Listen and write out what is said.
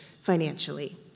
financially